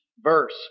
verse